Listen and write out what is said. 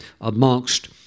amongst